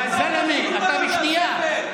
יא זלמה, אתה בשנייה.